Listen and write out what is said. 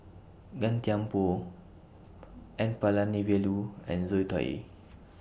Gan Thiam Poh N Palanivelu and Zoe Tay